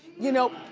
you know?